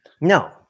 No